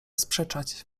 sprzeczać